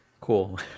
Cool